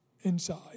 inside